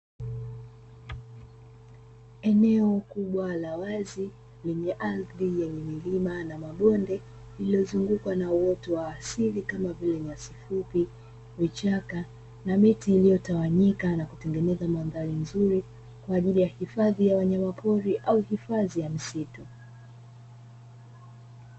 Eneo kubwa la wazi lenye ardhi lenye milima na mabonde lililozungukwa na uoto wa asili kama vile nyasi fupi, vichaka na miti iliyotawanyika na kutengeneza mandhari nzuri kwa ajili ya hifadhi ya wanyamapori au hifadhi ya misitu.